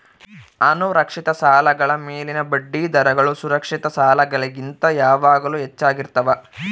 ಅಸುರಕ್ಷಿತ ಸಾಲಗಳ ಮೇಲಿನ ಬಡ್ಡಿದರಗಳು ಸುರಕ್ಷಿತ ಸಾಲಗಳಿಗಿಂತ ಯಾವಾಗಲೂ ಹೆಚ್ಚಾಗಿರ್ತವ